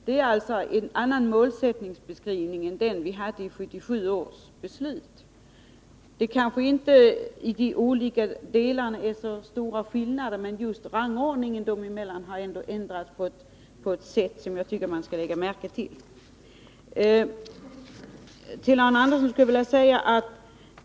Det är en annan målsättningsbeskrivning än den vi hade i 1977 års beslut. Det är kanske inte så stora skillnader i de olika delarna, men rangordningen dem emellan har ändå ändrats på ett sätt som jag tycker att man skall lägga märke till. Till Arne Andersson skulle jag vilja säga följande.